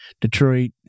Detroit